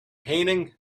painting